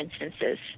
instances